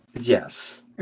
Yes